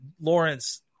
Lawrence